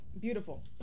beautiful